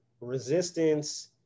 resistance